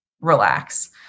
relax